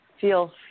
feel